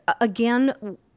again